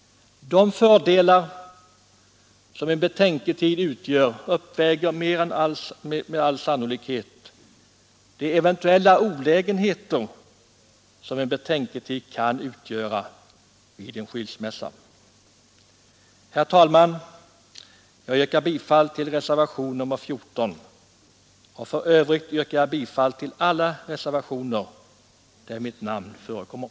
De fördelar som en betänketid ger uppväger med all sannolikhet de eventuella olägenheter som den kan medföra vid en skilsmässa. Herr talman! Jag yrkar bifall till reservationen 14 och i övrigt till alla reservationer där mitt namn förekommer.